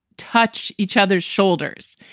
touch each other's shoulders.